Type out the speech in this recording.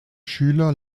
schüler